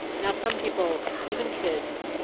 now, some people, even kids,